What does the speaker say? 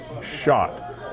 shot